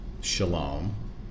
Shalom